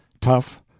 tough